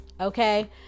okay